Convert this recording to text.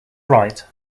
right